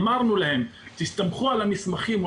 אמרנו להם שהם יכולים להסתמך על מסמכים או